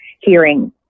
hearing